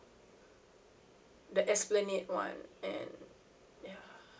the esplanade [one] and ya